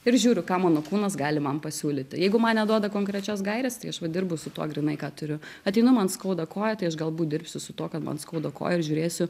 ir žiūriu ką mano kūnas gali man pasiūlyti jeigu man neduoda konkrečios gairės tai aš va dirbu su tuo grynai ką turiu ateinu man skauda koją tai aš galbūt dirbsiu su tuo kad man skauda koją ir žiūrėsiu